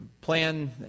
plan